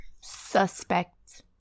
suspect